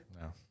no